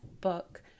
book